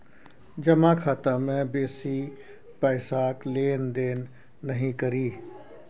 जमा खाता मे बेसी पैसाक लेन देन नहि करी